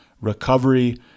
recovery